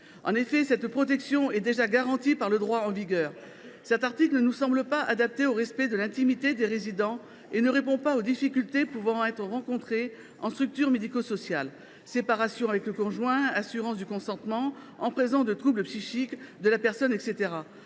sociaux. Celui ci est déjà garanti par le droit en vigueur et cet article ne nous semble pas adapté au respect de l’intimité des résidents ; il ne répond pas, en outre, aux difficultés pouvant être rencontrées en structure médico sociale : séparation d’avec le conjoint, assurance du consentement en présence de troubles psychiques de la personne, etc.